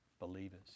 Believers